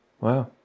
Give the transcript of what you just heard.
wow